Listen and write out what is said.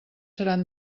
seran